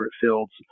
fields